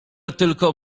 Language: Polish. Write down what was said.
tylko